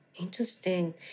Interesting